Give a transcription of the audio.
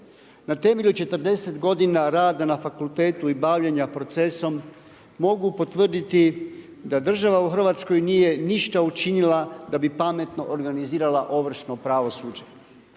„Na temelju 40 godina rada na fakultetu i bavljenja procesom, mogu potvrditi, da država u Hrvatskoj nije ništa učinila da bi pametno organizirala ovršno pravosuđe“.